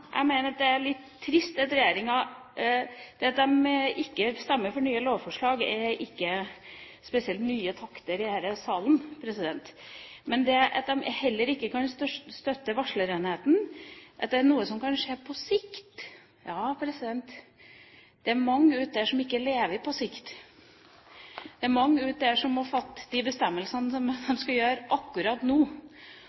Det at regjeringspartiene ikke stemmer for nye lovforslag, er ikke spesielt nye takter i denne salen. Til det at de heller ikke kan støtte forslaget om varslerenheten, men mener det er noe som kan skje på sikt: Det er mange der ute som ikke lever på sikt. Det er mange der ute som må fatte bestemmelsen om hva de skal gjøre, akkurat nå. Dette kunne vært en enhet som